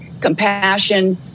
compassion